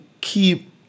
keep